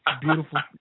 beautiful